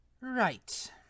Right